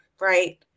right